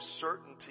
certainty